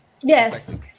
Yes